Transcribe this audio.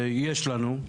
ויש לנו,